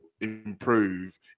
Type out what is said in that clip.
improve